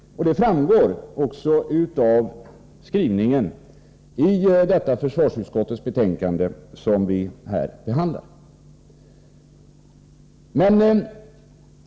Det framgår också av den positiva skrivningen på min motion i det betänkande från försvarsutskottet som vi här behandlar.